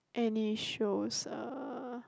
any shows uh